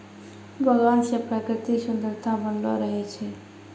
बगान से प्रकृतिक सुन्द्ररता बनलो रहै छै